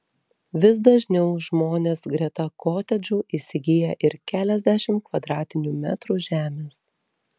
vis dažniau žmonės greta kotedžų įsigyja ir keliasdešimt kvadratinių metrų žemės